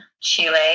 Chile